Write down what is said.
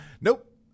Nope